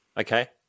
Okay